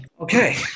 Okay